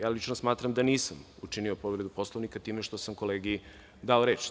Ja lično smatram da nisam učinio povredu Poslovnika time što sam kolegi dao reč.